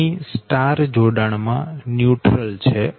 અહી સ્ટાર જોડાણ માં ન્યુટ્રલ છે